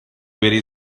very